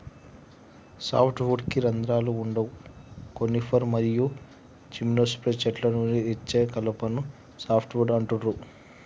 soft వుడ్కి రంధ్రాలు వుండవు కోనిఫర్ మరియు జిమ్నోస్పెర్మ్ చెట్ల నుండి అచ్చే కలపను సాఫ్ట్ వుడ్ అంటుండ్రు